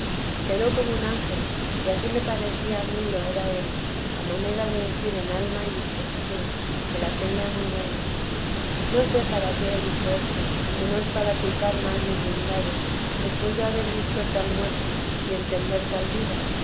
quedó como un ángel y ansí me parecía a mí lo era él a manera de decir en alma y disposición que la tenía muy buena no sé para qué he dicho esto si no es para culpar más mis ruindades después de haber visto tal muerte y entender tal vida